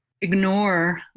ignore